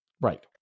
Right